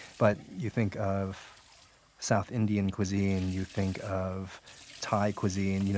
but you think of south indian cuisine, you think of thai cuisine, you know